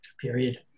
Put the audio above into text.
period